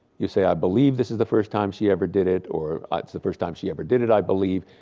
you say, i believe this is the first time she ever did it. or, ah it's the first time she ever did it, i believe.